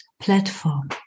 platform